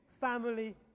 family